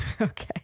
okay